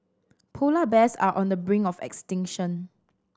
polar bears are on the brink of extinction